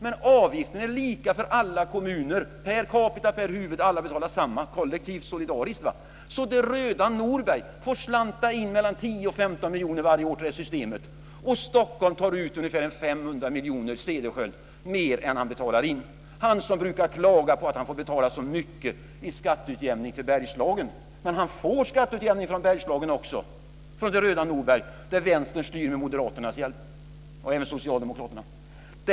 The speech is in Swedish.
Men avgiften är lika för alla kommuner, per capita, per huvud, alla betalar samma, kollektivt, solidariskt. Så det röda Norberg får slanta in mellan 10 och 15 miljoner varje år till det här systemet, och Cederschiöld i Stockholm tar ut ungefär 500 miljoner mer än han betalar in, han som brukar klaga på att han får betala så mycket i skatteutjämning till Bergslagen. Men han får skatteutjämning från Bergslagen också, från det röda Norberg, där Vänstern styr med Moderaternas och även Socialdemokraternas hjälp.